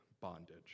bondage